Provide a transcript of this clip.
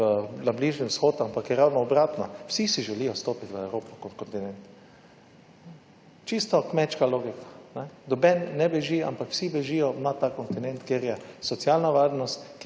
na Bližnjem vzhodu, ampak je ravno obratno. Vsi si želijo vstopiti v Evropo kot kontinent. Čisto kmečka logika: noben ne beži, ampak vsi bežijo na ta kontinent, kjer je socialna varnost,